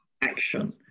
action